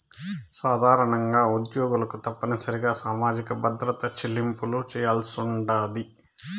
సాధారణంగా ఉద్యోగులు తప్పనిసరిగా సామాజిక భద్రత చెల్లింపులు చేయాల్సుండాది